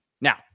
Now